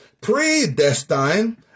predestined